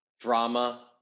drama